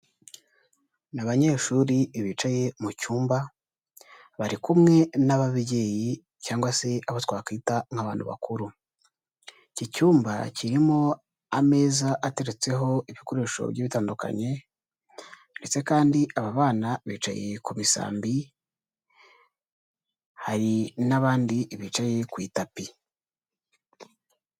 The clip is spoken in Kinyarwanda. Ni abanyeshuri bicaye mu cyumba bari kumwe n'ababyeyi cyangwa se abo twakwita nk'abantu bakuru, iki cyumba kirimo ameza ateretseho ibikoresho bigiye bitandukanye, ndetse kandi aba bana bicaye ku misambi, hari n'abandi bicaye ku itapi.